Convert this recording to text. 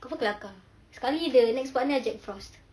confirm kelakar sekali the next partner jack frost